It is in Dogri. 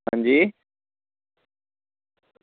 हां जी